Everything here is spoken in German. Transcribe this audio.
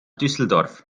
düsseldorf